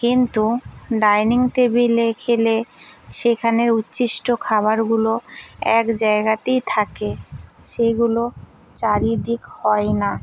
কিন্তু ডাইনিং টেবিলে খেলে সেখানের উচ্ছিষ্ট খাবারগুলো এক জায়গাতেই থাকে সেগুলো চারিদিক হয় না